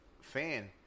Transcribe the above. fan